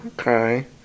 okay